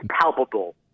palpable